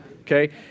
okay